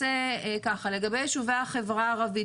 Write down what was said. לגבי יישובי החברה הערבית,